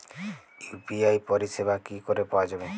UPI পরিষেবা কি করে পাওয়া যাবে?